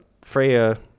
Freya